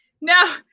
No